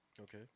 Okay